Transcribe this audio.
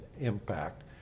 impact